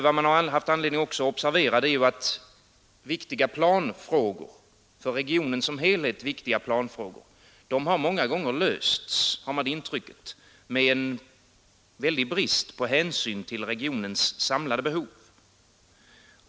Vad man också haft anledning observera är att för regionen som helhet viktiga planfrågor många gånger har lösts — det intrycket har man — med en väldig brist på hänsyn till regionens samlade behov.